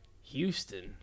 Houston